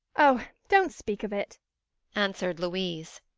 oh, don't speak of it answered louise.